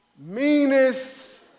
meanest